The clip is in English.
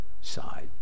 side